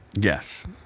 Yes